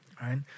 right